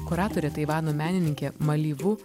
kuratorė taivano menininkė malivu